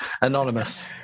anonymous